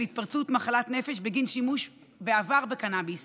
התפרצות מחלת נפש בגין שימוש בעבר בקנביס